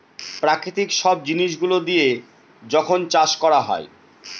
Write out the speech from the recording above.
প্রাকৃতিক সব জিনিস গুলো দিয়া যখন চাষ করা হয়